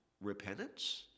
repentance